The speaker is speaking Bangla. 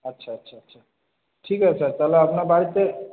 আচ্ছা আচ্ছা আচ্ছা ঠিক আছে স্যার তাহলে আপনার বাড়িতে